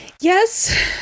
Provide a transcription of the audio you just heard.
Yes